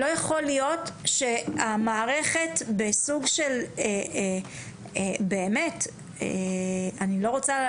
לא יכול להיות שהמערכת בסוג של באמת אני לא רוצה,